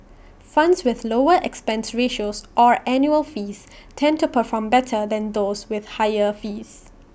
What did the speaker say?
funds with lower expense ratios or annual fees tend to perform better than those with higher fees